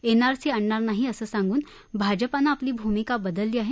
NRC आणणार नाही असं सांगून भाजपानं आपली भूमिका बदलली आहे